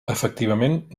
efectivament